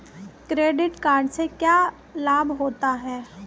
Credit card से क्या क्या लाभ होता है?